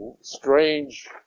strange